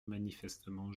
manifestement